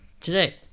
today